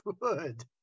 Good